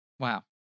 Wow